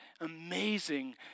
amazing